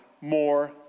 more